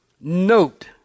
Note